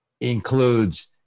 includes